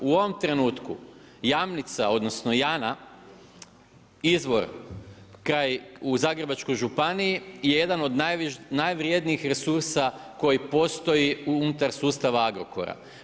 U ovom trenutku Jamnica, odnosno Jana izvor u Zagrebačkoj županiji je jedan od najvrednijih resursa koji postoji unutar sustava Agrokora.